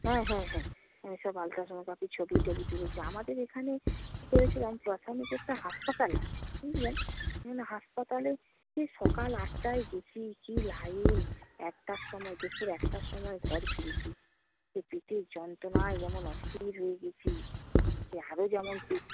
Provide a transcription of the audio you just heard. হ্যাঁ হ্যাঁ হ্যাঁ হ্যাঁ সব আলট্রাসোনোগ্রাফি ছবি টবি তুলেছি আমাদের এখানে কী করেছিলাম হাসপাতাল আছে বুঝলেন এখানে হাসপাতালে সেই সকাল আটটায় গেছি কী লাইন একটার সময় দুপুর একটার সময় ঘর ফিরেছি পেটের যন্ত্রণায় যেমন অস্থির হয়ে গেছি আরও যেমন